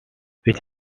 which